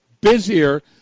busier